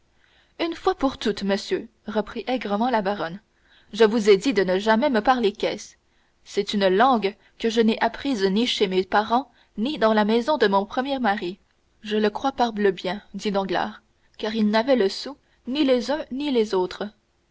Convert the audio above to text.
une fois pour toutes monsieur reprit aigrement la baronne je vous ai dit de ne jamais me parler caisse c'est une langue que je n'ai apprise ni chez mes parents ni dans la maison de mon premier mari je le crois parbleu bien dit danglars ils n'avaient le sou ni les uns ni les autres